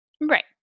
Right